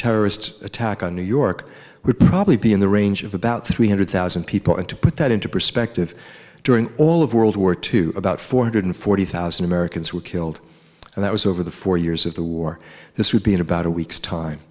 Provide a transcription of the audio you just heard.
terrorist attack on new york written probably be in the range of about three hundred thousand people and to put that into perspective during all of world war two about four hundred forty thousand americans were killed and that was over the four years of the war this would be in about a week's time